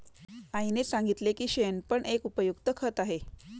आईने सांगितले की शेण पण एक उपयुक्त खत आहे